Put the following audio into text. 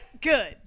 Good